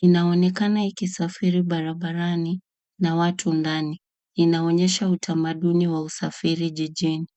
Inaonekana ikisafiri barabarani na watu ndani. Inaonyesha utamaduni wa usafiri jijini.